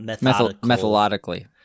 methodically